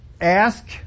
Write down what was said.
ask